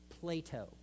Plato